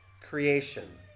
creation